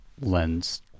lens